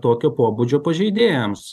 tokio pobūdžio pažeidėjams